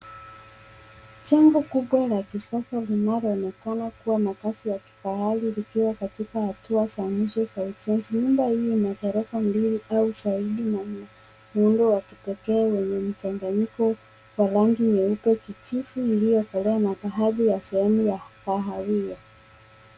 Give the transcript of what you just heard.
Jengo kubwa la kisasa linaloonekana kuwa na kazi ya kifahari, likiwa katika hatua za mwisho za ujenzi. Nyumba hii ina ghorofa mbili au zaidi na muundo wa kipee, wenye mchanganyiko wa rangi nyeupe, kijivu iliyokolea na baadhi ya sehemu ya kahawia.